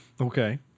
Okay